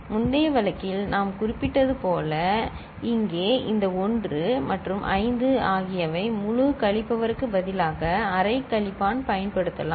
முந்தைய வழக்கில் நாம் குறிப்பிட்டது போல இங்கே இந்த 1 மற்றும் 5 ஆகியவை முழு கழிப்பவருக்கு பதிலாக அரை கழிப்பான் பயன்படுத்தலாம்